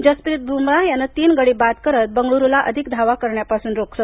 जसप्रीत बुमरा यानं तीन गडी बाद करत बंगळूरला अधिक धावा करण्यापासून रोखलं